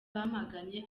bamaganye